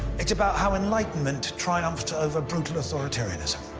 it's about how enlightenment triumphed over brutal authoritarianism.